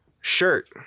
shirt